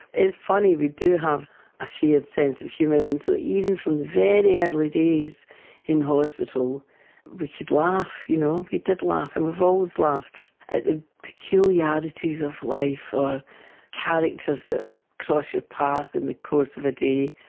it's funny, we do have a shared sense of humour, and so even from the very early days in hospital we could laugh. you know we did laugh and we've always laughed at the peculiarities of life or characters that cross your path in the course of a day,